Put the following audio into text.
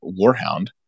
Warhound